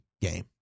game